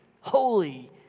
holy